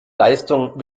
leistung